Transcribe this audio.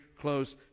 close